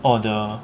oh the